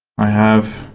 i have,